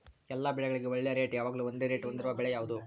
ಎಲ್ಲ ಬೆಳೆಗಳಿಗೆ ಒಳ್ಳೆ ರೇಟ್ ಯಾವಾಗ್ಲೂ ಒಂದೇ ರೇಟ್ ಹೊಂದಿರುವ ಬೆಳೆ ಯಾವುದು?